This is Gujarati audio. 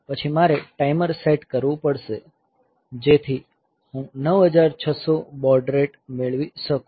પછી મારે ટાઈમર સેટ કરવું પડશે જેથી હું 9600 બોડ રેટ મેળવી શકું